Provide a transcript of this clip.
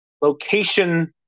location